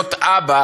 להיות אבא